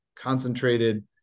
concentrated